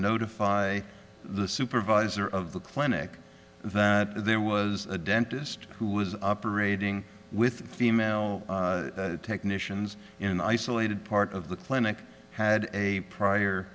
notify the supervisor of the clinic that there was a dentist who was operating with female technicians in an isolated part of the clinic had a prior